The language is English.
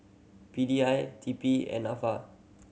P D I T P and Nafa